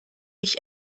mich